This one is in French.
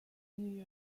new